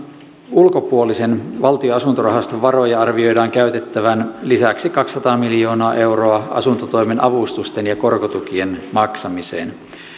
ulkopuolisen valtion asuntorahaston varoja arvioidaan käytettävän lisäksi kaksisataa miljoonaa euroa asuntotoimen avustusten ja korkotukien maksamiseen